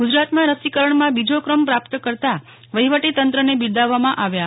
ગુજરાતમાં રસીકરણમાં બીજો ક્રમ પ્રાપ્ત કરતા વહીવટીતંત્રને બિરદાવવામાં આવ્યાં